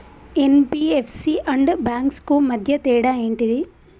NBFC and banks కు మధ్య తేడా ఏంటిది?